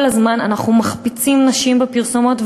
כל הזמן אנחנו מחפיצים נשים בפרסומות,